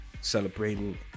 celebrating